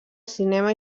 cinema